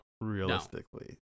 realistically